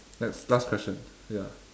next last question ya